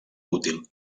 útil